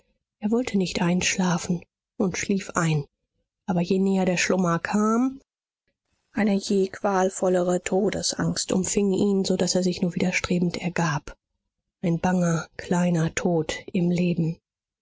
er wollte nicht einschlafen und schlief ein aber je näher der schlummer kam eine je qualvollere todesangst umfing ihn so daß er sich nur widerstrebend ergab ein banger kleiner tod im leben